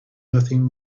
nothing